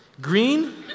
Green